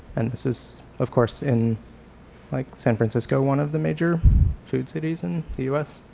and this is of course in like san francisco one of the major food cities in the u s.